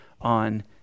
on